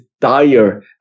dire